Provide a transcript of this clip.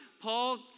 Paul